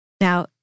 Now